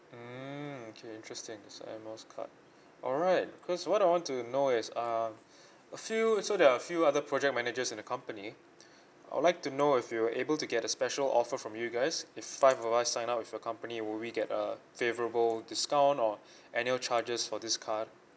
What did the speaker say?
mm okay interesting it's the air miles card alright cause what I want to know is um a few so there are a few other project managers in the company I would like to know if we're able to get a special offer from you guys if five of us sign up with your company will we get a favourable discount or annual charges for this card